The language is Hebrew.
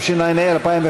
התשע"ה 2015,